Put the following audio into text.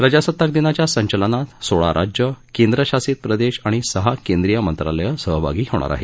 प्रजासत्ताक दिनाच्या संचलनात सोळा राज्यं केंद्रशासित प्रदेश आणि सहा केंद्रीय मंत्रालय सहभागी होणार आहेत